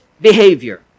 behavior